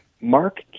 Mark